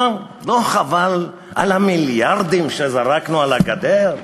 לא חבל על המיליארדים שזרקנו על הגדר?